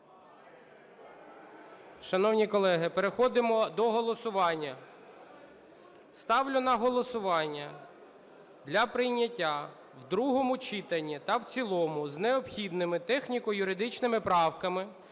Шановні колеги, переходимо до голосування. Ставлю на голосування для прийняття в другому читанні та в цілому з необхідними техніко-юридичними правками